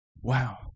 Wow